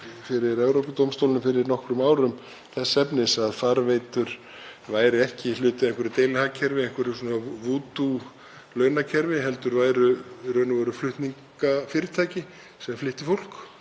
fyrir Evrópudómstólnum fyrir nokkrum árum þess efnis að farveitur væru ekki hluti af einhverju deilihagkerfi, einhverju vúdú-launakerfi, heldur væru í raun og veru flutningafyrirtæki sem flytti fólk